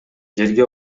жерге